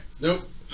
Nope